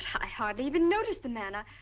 i hardly even noticed the man. ah